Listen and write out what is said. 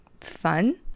fun